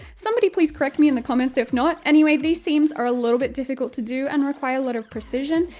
somebody please correct me in the comments if not anyway, these seams are a little bit difficult to do and require a lot of precision,